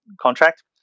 contract